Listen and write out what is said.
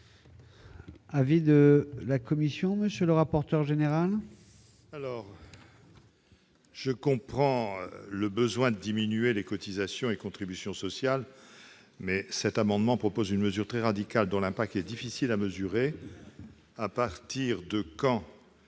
de la commission, monsieur le rapporteur général,